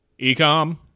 Ecom